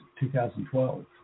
2012